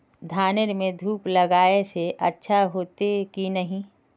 धानेर में धूप लगाए से अच्छा होते की नहीं?